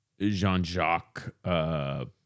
Jean-Jacques